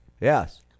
Yes